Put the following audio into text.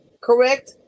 correct